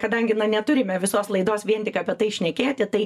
kadangi na neturime visos laidos vien tik apie tai šnekėti tai